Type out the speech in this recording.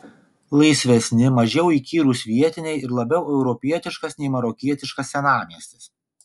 laisvesni mažiau įkyrūs vietiniai ir labiau europietiškas nei marokietiškas senamiestis